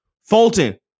Fulton